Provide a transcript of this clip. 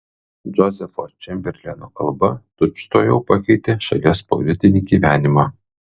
džozefo čemberleno kalba tučtuojau pakeitė šalies politinį gyvenimą